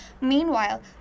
Meanwhile